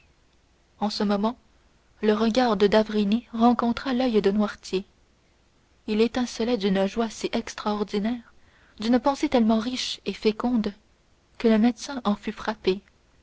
en ce moment le regard de d'avrigny rencontra l'oeil de noirtier il étincelait d'une joie si extraordinaire d'une pensée tellement riche et féconde que le médecin en fut frappé